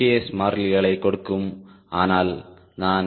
S மாறிலிகளைக் கொடுக்கும் ஆனால் நான் எஃப்